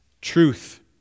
Truth